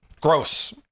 gross